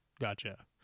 Gotcha